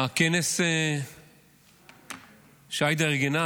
הכנס שעאידה ארגנה,